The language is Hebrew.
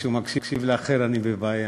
שכשהוא מקשיב לאחר אני בבעיה.